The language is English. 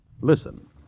Listen